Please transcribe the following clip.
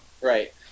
Right